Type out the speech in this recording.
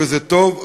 וזה טוב,